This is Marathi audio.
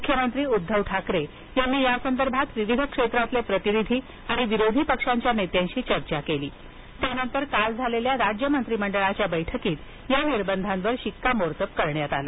मुख्यमंत्री उद्धव ठाकरे यांनी या संदर्भात विविध क्षेत्रातील प्रतिनिधी आणि विरोधी पक्षांच्या नेत्यांशी चर्चा केली त्यानंतर काल झालेल्या राज्य मंत्रिमंडळाच्या बैठकीत या निर्बंधांवर शिक्कामोर्तब करण्यात आलं